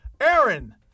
Aaron